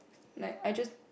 like I just